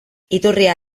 iturria